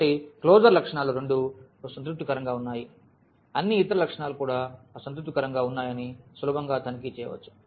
కాబట్టి క్లోజర్ లక్షణాలు రెండూ సంతృప్తికరంగా ఉన్నాయి అన్ని ఇతర లక్షణాలు కూడా సంతృప్తికరంగా ఉన్నాయని సులభంగా తనిఖీ చేయవచ్చు